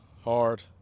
hard